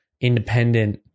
independent